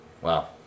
Wow